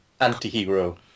anti-hero